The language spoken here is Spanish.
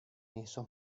esos